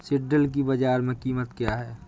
सिल्ड्राल की बाजार में कीमत क्या है?